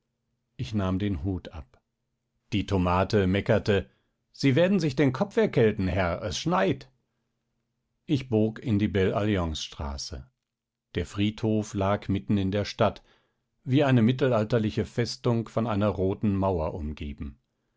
ich nahm den hut ab die tomate meckerte sie werden sich den kopf erkälten herr es schneit ich bog in die belle alliance straße der friedhof lag mitten in der stadt wie eine mittelalterliche festung von einer roten mauer umgeben